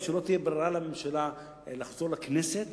ולא תהיה ברירה לממשלה אלא לחזור לכנסת